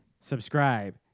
subscribe